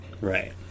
Right